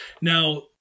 Now